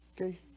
Okay